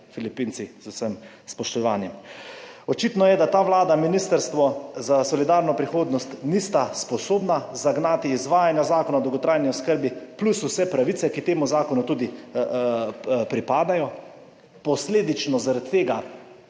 Filipinci, z vsem spoštovanjem. Očitno je, da ta vlada, Ministrstvo za solidarno prihodnost nista sposobna zagnati izvajanja zakona o dolgotrajni oskrbi plus vse pravice, ki temu zakonu tudi pripadajo. Posledično, zaradi tega